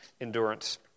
endurance